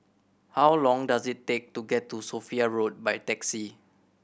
how long does it take to get to Sophia Road by taxi